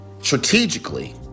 strategically